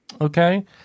Okay